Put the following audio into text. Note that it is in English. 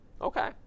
Okay